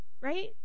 Right